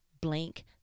blank